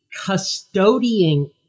custodying